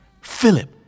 Philip